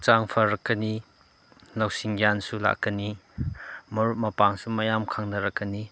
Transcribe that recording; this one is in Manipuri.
ꯍꯛꯆꯥꯡ ꯐꯔꯛꯀꯅꯤ ꯂꯧꯁꯤꯡ ꯒ꯭ꯌꯥꯟꯁꯨ ꯂꯥꯛꯀꯅꯤ ꯃꯔꯨꯞ ꯃꯄꯥꯡꯁꯨ ꯃꯌꯥꯝ ꯈꯪꯅꯔꯛꯀꯅꯤ